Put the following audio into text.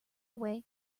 away